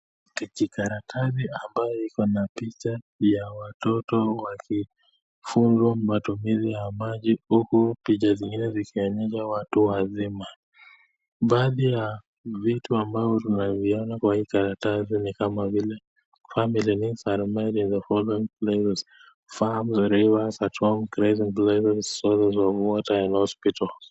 Kijikaratasi ambayo iko na picha ya watoto wakifunzwa matumizi ya maji huku picha zingine zikionyesha watu wazima, baadhi ya vitu ambavyo tunaviona kwa hii karatasi ni kama vile family needs are made of the following players farms, rivers ,homes, source of water and hosiptal .